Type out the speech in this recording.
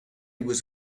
was